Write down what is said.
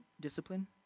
discipline